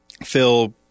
phil